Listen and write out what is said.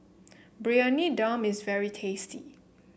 Briyani Dum is very tasty